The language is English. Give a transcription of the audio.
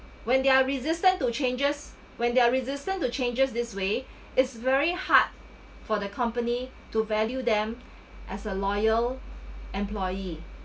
when they're resistant to changes when they're resistance to changes this way is very hard for the company to value them as a loyal employee